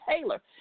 Taylor